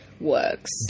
works